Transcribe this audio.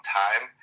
time